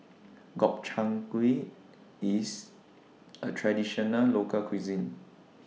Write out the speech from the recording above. Gobchang Gui IS A Traditional Local Cuisine